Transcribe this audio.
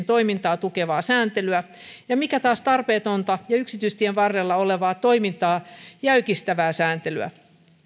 toimintaa tukevaa sääntelyä ja mikä taas tarpeetonta ja yksityistien varrella olevaa toimintaa jäykistävää sääntelyä